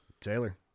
Taylor